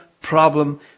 problem